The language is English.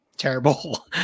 Terrible